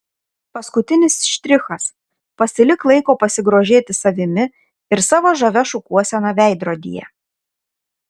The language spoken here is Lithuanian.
paskutinis štrichas pasilik laiko pasigrožėti savimi ir savo žavia šukuosena veidrodyje